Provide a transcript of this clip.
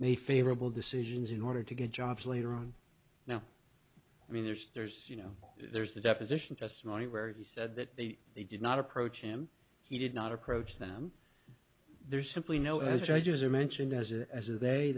may favorable decisions in order to get jobs later on now i mean there's there's you know there's the deposition testimony where he said that they they did not approach him he did not approach them there's simply no as judges are mentioned as a